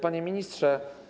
Panie Ministrze!